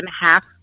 half